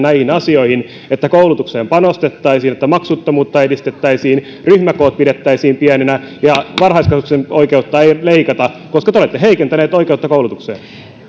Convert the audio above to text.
näihin asioihin että koulutukseen panostettaisiin että maksuttomuutta edistettäisiin ryhmäkoot pidettäisiin pieninä ja varhaiskasvatuksen oikeutta ei leikattaisi koska te olette heikentäneet oikeutta koulutukseen